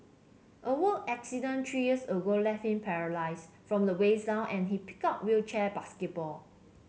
a work accident three years ago left him paralysed from the waist down and he picked up wheelchair basketball